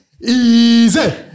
Easy